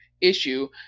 issue